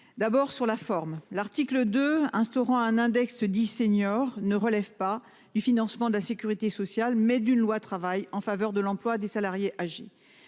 D'abord sur la forme, l'article 2 instaurant un index dit senior ne relève pas du financement de la Sécurité sociale, mais d'une loi travail en faveur de l'emploi des salariés âgés.